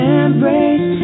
embrace